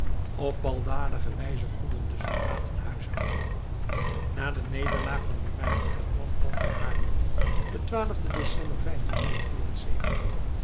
op baldadige wijze konden de soldaten huishouden na de nederlaag van lumey op het manpad bij haarlem den twaalfden december